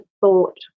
thought